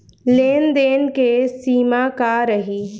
लेन देन के सिमा का रही?